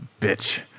bitch